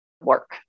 work